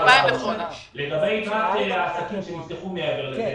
לגבי יתרת העסקים שנפתחו מעבר לזה,